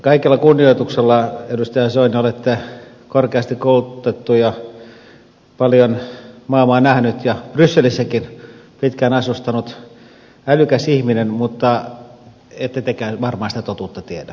kaikella kunnioituksella edustaja soini olette korkeasti koulutettu ja paljon maailmaa nähnyt ja brysselissäkin pitkään asustanut älykäs ihminen mutta ette tekään varmaan sitä totuutta tiedä